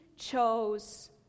chose